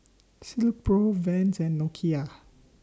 Silkpro Vans and Nokia